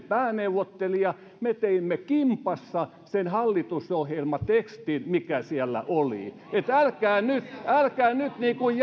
pääneuvottelija me teimme kimpassa sen hallitusohjelmatekstin mikä siellä oli niin että älkää nyt älkää nyt